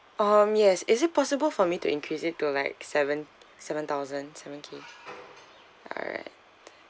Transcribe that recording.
um yes is it possible for me to increase it to like seven seven thousand seven K alright